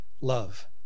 love